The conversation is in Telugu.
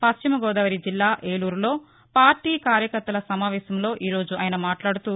పశ్చిమ గోదావరి జిల్లా ఏలూరు లో పార్లీ కార్యకర్తల సమావేశంలో ఈ రోజు ఆయన పాల్గొన్నారు